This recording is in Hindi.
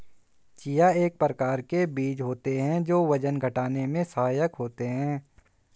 चिया एक प्रकार के बीज होते हैं जो वजन घटाने में सहायक होते हैं